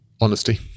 honesty